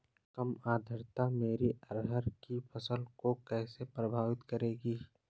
कम आर्द्रता मेरी अरहर की फसल को कैसे प्रभावित करेगी?